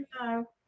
No